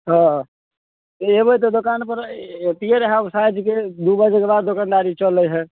हँ एबै तऽ दोकानपर अथि रहै साँझके दू बजेके बाद दोकनदारी चलै हय